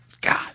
God